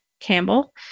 Campbell